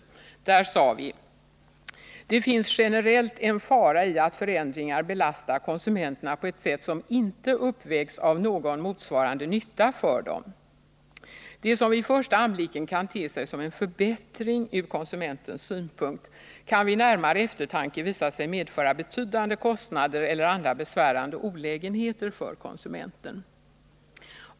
Där sade vi: ”Det finns generellt en fara i att förändringar belastar konsumenterna på ett sätt som inte uppvägs av någon motsvarande nytta för dem. Det som vid första anblicken kan te sig som en förbättring ur konsumentens synpunkt kan vid närmare eftertanke visa sig medföra betydande kostnader eller andra besvärande olägenheter för konsumenten.